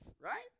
Right